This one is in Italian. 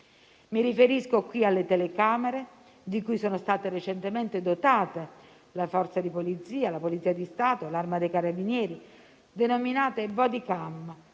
Mi riferisco qui alle telecamere di cui sono state recentemente dotate le Forze di polizia (la Polizia di Stato, l'Arma dei carabinieri), denominate *bodycam*,